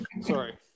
Sorry